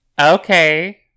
Okay